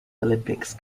olympics